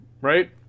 right